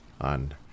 on